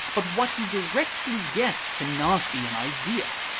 but what he directly gets cannot be an idea.